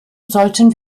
sollten